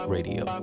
Radio